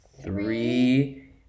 three